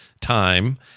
time